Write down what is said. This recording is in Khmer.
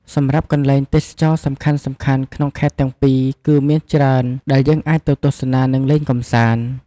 សម្រាប់កន្លែងទេសចរណ៍សំខាន់ៗក្នុងខេត្តទាំងពីរគឺមានច្រើនដែលយើងអាចទៅទស្សនា និងលេងកំសាន្ត។